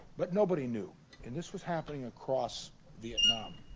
but nobody knew and this was happening across vietnam